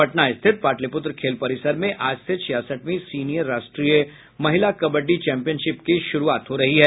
पटना स्थित पाटलीपुत्र खेल परिसर में आज से छियासठीं सीनियर राष्ट्रीय महिला कबड्डी चैम्पियनशिप की शुरूआत हो रही है